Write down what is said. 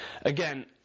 Again